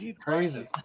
crazy